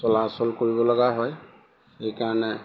চলাচল কৰিব লগা হয় সেইকাৰণে